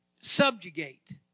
subjugate